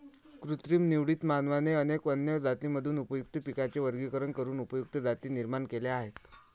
कृत्रिम निवडीत, मानवाने अनेक वन्य जातींमधून उपयुक्त पिकांचे वर्गीकरण करून उपयुक्त जाती निर्माण केल्या आहेत